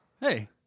Hey